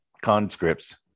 conscripts